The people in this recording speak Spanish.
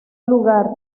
lugar